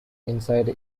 inside